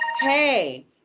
Hey